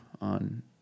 on